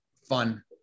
fun